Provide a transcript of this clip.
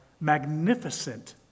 magnificent